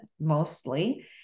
mostly